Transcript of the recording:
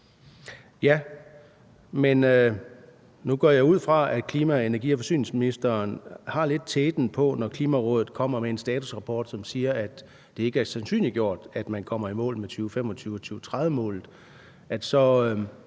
Jamen nu går jeg ud fra, at klima-, energi- og forsyningsministeren lidt har teten, når Klimarådet kommer med en statusrapport, som siger, at det ikke er sandsynliggjort, at man kommer i mål med 2025- og 2030-målet,